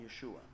Yeshua